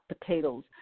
potatoes